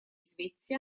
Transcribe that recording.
svezia